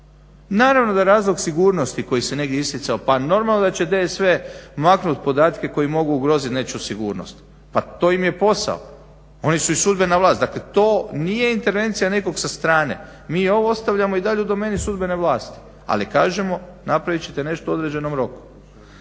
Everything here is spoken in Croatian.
naravno da je razlog sigurnosti koji se negdje isticao, pa normalno da će te sve maknut podatke koji mogu ugrozit nečiju sigurnost, pa to im je posao. Oni su i sudbena vlast, dakle to nije intervencija nekog sa strane, mi ovo ostavljamo i dalje u domeni sudbene vlasti ali kažemo napravit ćete nešto u određenom roku.